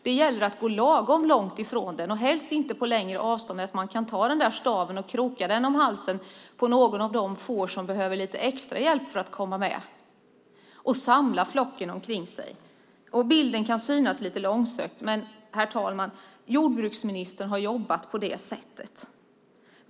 Det gäller att gå lagom långt från den och helst inte på längre avstånd än att man kan ta staven, kroka den om halsen på något av de får som behöver lite extra hjälp för att komma med och på så sätt samla flocken kring sig. Jämförelsen kan synas lite långsökt, men jordbruksministern har jobbat på det sättet.